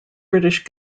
british